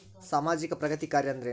ಸಾಮಾಜಿಕ ಪ್ರಗತಿ ಕಾರ್ಯಾ ಅಂದ್ರೇನು?